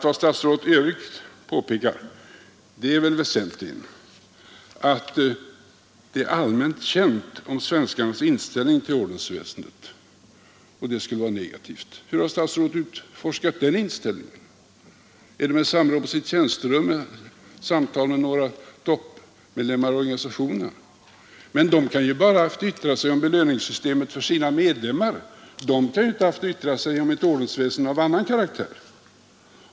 Vad statsrådet i övrigt påpekat är väsentligen, att det är allmänt känt att svenskarnas inställning till ordensvä har statsrådet forskat fram den inställningen? Är det genom samråd på tjänsterummet eller genom samtal med toppmedlemmar av organisationerna? De kan ju bara yttra sig om belöningssystemet för sina medlemmar. De kan inte yttra sig om ett ordensväsende av annan karaktär.